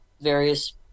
various